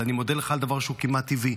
אבל אני מודה לך על דבר שהוא כמעט טבעי,